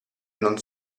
non